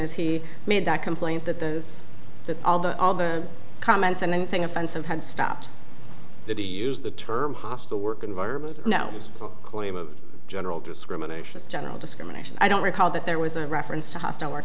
as he made that complaint that those that all the all the comments and then thing offensive had stopped that he used the term hostile work environment no claim of general discrimination is general discrimination i don't recall that there was a reference to a hostile work